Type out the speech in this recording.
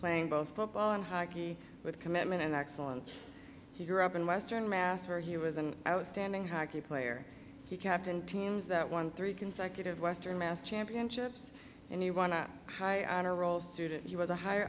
playing both football and hockey with commitment and excellence he grew up in western mass where he was an outstanding hockey player he captained teams that won three consecutive western mass championships and you wanna high honor roll student he was a higher